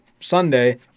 Sunday